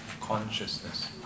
consciousness